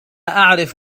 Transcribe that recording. أعرف